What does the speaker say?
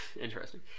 Interesting